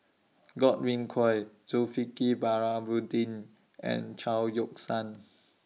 Godwin Koay Zulkifli and Chao Yoke San